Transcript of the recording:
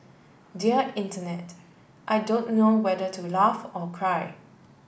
dear Internet I don't know whether to laugh or cry